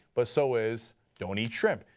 but so is don't eat shrimp.